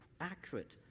accurate